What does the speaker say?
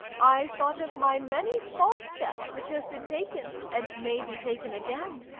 i thought of my many false steps which have been taken, and may be taken again.